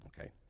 Okay